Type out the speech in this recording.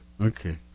Okay